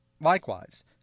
Likewise